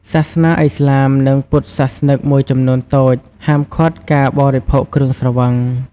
សាសនាឥស្លាម និងពុទ្ធសាសនិកមួយចំនួនតូច ហាមឃាត់ការបរិភោគគ្រឿងស្រវឹង។